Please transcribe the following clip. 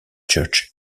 church